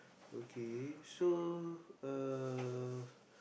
okay so uh